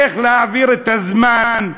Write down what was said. איך להעביר את הזמן,